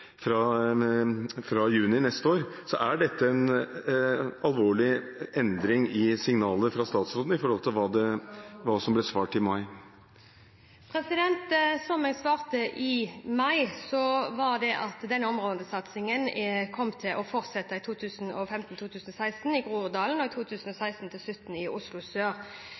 fra juni neste år, er dette en alvorlig endring i signalene fra statsråden i forhold til hva som ble svart i mai. Som jeg svarte i mai: Denne områdesatsingen kommer til å fortsette i 2015/2016 i Groruddalen og i 2016/2017 i Oslo Sør.